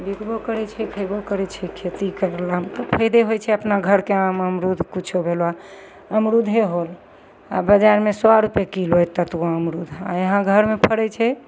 बिकबो करै छै खएबो करै छै खेतीवलामे तऽ फायदे होइ छै अपना घरके आम अमरूद किछु भेलै अमरूदे होल आओर बजारेमे सौ रुपै किलो एत एतगो अमरूद आओर यहाँ घरमे फड़ै छै